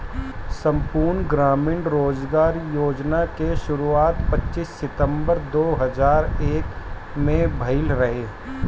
संपूर्ण ग्रामीण रोजगार योजना के शुरुआत पच्चीस सितंबर दो हज़ार एक में भइल रहे